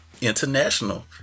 international